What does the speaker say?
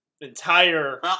entire